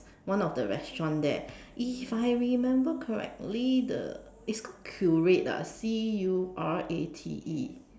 one of the restaurant there if I remember correctly the it's called curate ah C U R A T E